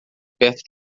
perto